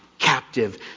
Captive